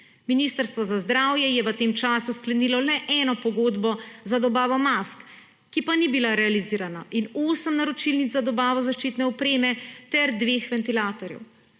Ministrstvo za zdravje je v tem času sklenilo le eno pogodbo za dobavo mask, ki pa ni bila realizirana, in osem naročilnic za dobavo zaščitne opreme ter dveh ventilatorjev.